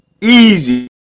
easy